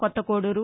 కొత్త కోడూరు